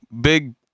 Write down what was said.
big